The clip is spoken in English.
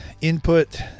input